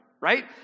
right